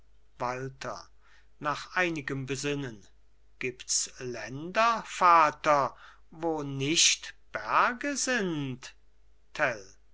walther nach einigem besinnen gibt's länder vater wo nicht berge sind